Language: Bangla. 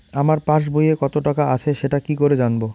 আমার পাসবইয়ে কত টাকা আছে সেটা কি করে জানবো?